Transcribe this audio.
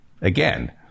Again